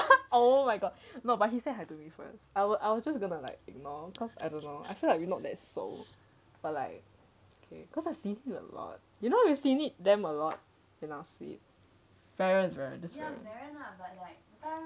oh my god no but he said hi to me first I were I were just gonna like ignore cause I don't know I feel like we not that 熟 but like okay cause I've seen him a lot you know you seen it damn a lot in our sleep veron veron that's veron one lah but like